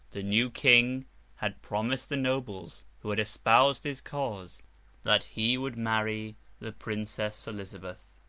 the new king had promised the nobles who had espoused his cause that he would marry the princess elizabeth.